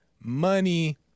money